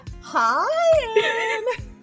Hi